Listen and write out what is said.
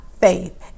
faith